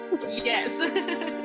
Yes